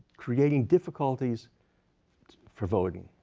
creating difficulties for voting.